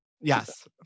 Yes